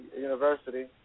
university